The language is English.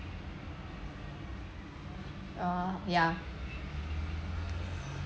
uh ya